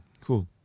Cool